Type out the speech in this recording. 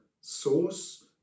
source